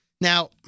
Now